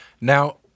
Now